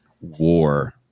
war